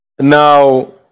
Now